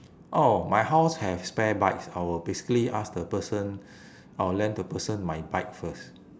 oh my house have spare bikes I will basically ask the person I will lend the person my bike first